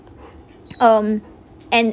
um and